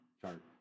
chart